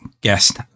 guest